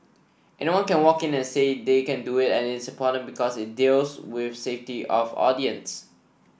anyone can walk in and say they can do it and it's important because it deals with safety of audience